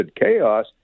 chaos